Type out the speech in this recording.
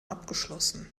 abgeschlossen